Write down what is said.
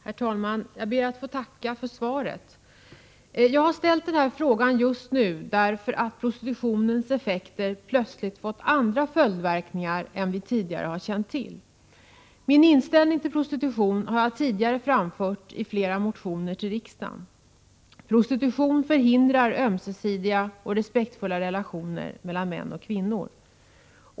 Herr talman! Jag ber att få tacka för svaret. Jag har ställt den här frågan just nu därför att prostitutionens effekter plötsligt har fått andra följdverk förhindra spridning av sjukdomen AIDS ningar än vi förut känt till. Min inställning till prostitution har jag tidigare framfört i flera motioner till riksdagen. Prostitution förhindrar ömsesidiga och respektfulla relationer mellan män och kvinnor.